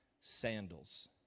sandals